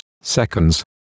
seconds